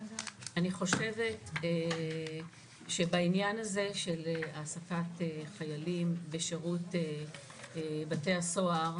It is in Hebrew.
אני חושבת שבעניין הזה של העסקת חיילים בשירות בתי הסוהר,